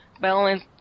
balance